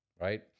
right